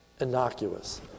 innocuous